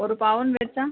ஒரு பவுன் வைச்சா